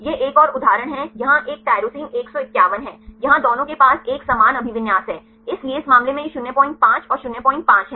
यह एक और उदाहरण है यहां एक टाइरोसिन 151 है यहां दोनों के पास एक समान अभिविन्यास है इसलिए इस मामले में यह 05 और 05 है